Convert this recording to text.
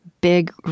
big